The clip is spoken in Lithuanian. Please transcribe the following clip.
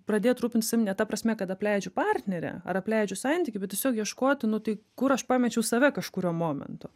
pradėt rūpintis savim ne ta prasme kad apleidžiu partnerę ar apleidžiu santykį bet tiesiog ieškoti nu tai kur aš pamečiau save kažkuriuo momentu